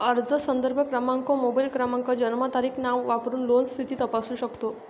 अर्ज संदर्भ क्रमांक, मोबाईल क्रमांक, जन्मतारीख, नाव वापरून लोन स्थिती तपासू शकतो